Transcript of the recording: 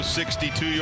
62